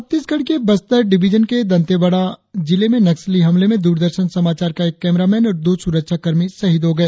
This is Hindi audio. छत्तीसगढ़ के बस्तर डिविजन के दंतेवड़ा जिले में नक्सली हमले में द्रदर्शन समाचार का एक कैमरा मैन और दो सुरक्षाकर्मी शहीद हो गए